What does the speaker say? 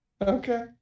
Okay